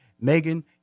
Megan